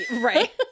Right